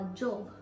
job